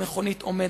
המכונית עומדת,